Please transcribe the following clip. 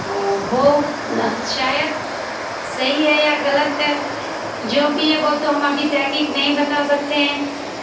ہو شاید سہی ہے یا غلط ہے جو بھی ہے وہ تو ہم ابی تہکیک نہیں بتا سکتے ہیں